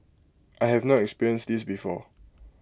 I have not experienced this before